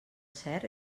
cert